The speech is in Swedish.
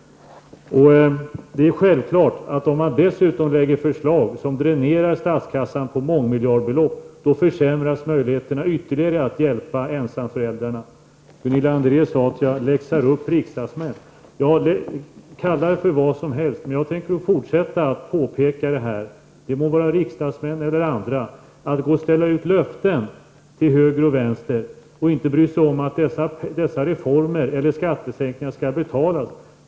Om man dessutom lägger fram förslag som dränerar statskassan på mångmiljardbelopp, är det självklart att möjligheterna att hjälpa ensamföräldrarna försämras ytterligare. Gunilla André sade att jag läxar upp riksdagsmän. Kalla det för vad som helst. Men jag tänker, så länge jag någonsin kan, vare sig det gäller riksdagsmän eller andra, fortsätta att protestera mot att man ställer ut löften till höger och vänster utan att bry sig om att dessa reformer eller skattesänkningar skall betalas.